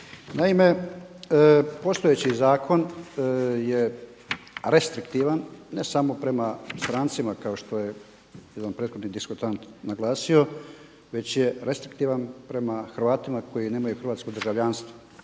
Naime, postojeći zakon je restriktivan ne samo prema strancima kao što je jedan prethodni diskutant naglasio već je restriktivan prema Hrvatima koji nemaju hrvatsko državljanstvo,